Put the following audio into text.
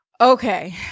Okay